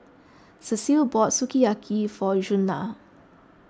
Cecile bought Sukiyaki for Djuana